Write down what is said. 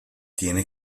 tiene